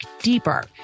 deeper